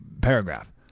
paragraph